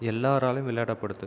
எல்லாராலேயும் விளையாட படுது